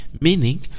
Meaning